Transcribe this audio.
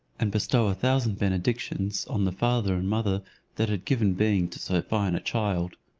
and bestow a thousand benedictions on the father and mother that had given being to so fine a child.